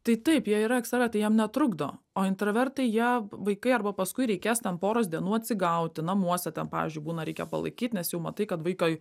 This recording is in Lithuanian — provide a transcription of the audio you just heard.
tai taip jie yra ekstravertai jiem netrukdo o intravertai jie vaikai arba paskui reikės ten poros dienų atsigauti namuose ten pavyzdžiui būna reikia palaikyt nes jau matai kad vaiko